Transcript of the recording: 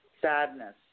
Sadness